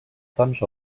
tons